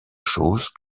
chose